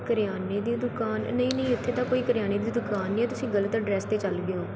ਕਰਿਆਨੇ ਦੀ ਦੁਕਾਨ ਨਹੀਂ ਨਹੀਂ ਇੱਥੇ ਤਾਂ ਕੋਈ ਕਰਿਆਨੇ ਦੀ ਦੁਕਾਨ ਨਹੀਂ ਹੈ ਤੁਸੀਂ ਗਲਤ ਐਡਰੈਸ 'ਤੇ ਚੱਲ ਗਏ ਹੋ